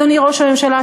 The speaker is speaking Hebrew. אדוני ראש הממשלה,